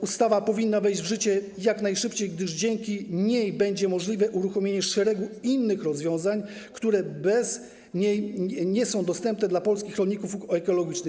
Ustawa powinna wejść w życie jak najszybciej, gdyż dzięki niej będzie możliwe uruchomienie szeregu innych rozwiązań, które bez niej nie są dostępne dla polskich rolników ekologicznych.